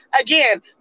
Again